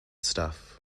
stuff